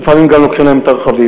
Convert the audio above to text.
ולפעמים גם לוקחים להם את הרכבים,